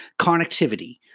connectivity